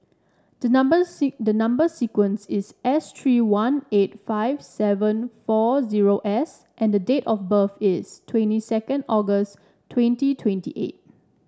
the number the number sequence is S three one eight five seven four zero S and the date of birth is twenty second August twenty twenty eight